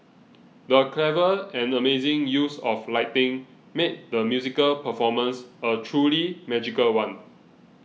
the clever and amazing use of lighting made the musical performance a truly magical one